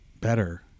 better